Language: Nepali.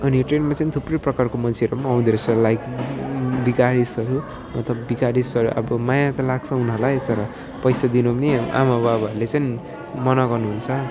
अनि ट्रेनमा चाहिँ थुप्रै प्रकारको मन्छेहरू पनि आउँदो रहेछ लाइक भिखारिसहरू मतलब भिखारिसहरू अब माया त लाग्छ उनीहरूलाई तर पैसा दिनु पनि आमाबाबाहरूले चाहिँ मना गर्नुहुन्छ